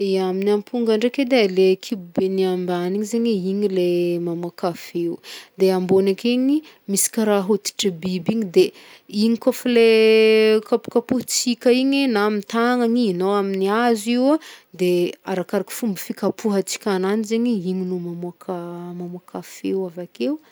Ya, amin'ny amponga ndraiky edy e, la kibobeny ambany igny zegny e, igny le mamoaka feo, de ambony ake igny misy karaha hoditry biby igny de igny kaofa le kapokapohintsika igny na amy tagnagna i na amin'ny hazo io, de arakaraka fomba fikapohantsika agnanjy zegny igny no mamoaka, mamoaka feo avakeo.